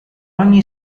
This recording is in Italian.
ogni